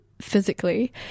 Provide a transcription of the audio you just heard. physically